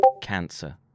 cancer